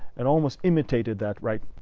and almost imitated that right.